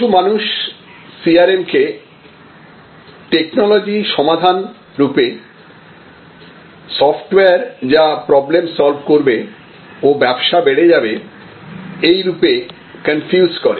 কিছু মানুষ CRM কে টেকনোলজি সমাধান রূপেসফটওয়্যার যা প্রবলেম সমাধান করবে ও ব্যবসা বেড়ে যাবে এরূপে কনফিউজ করে